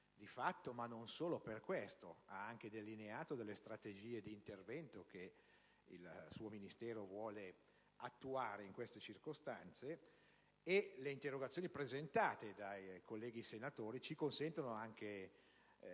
di fatto e per aver delineato le strategie di intervento che il suo Ministero vuole attuare in queste circostanze, e le interrogazioni presentate dai colleghi senatori ci consentono di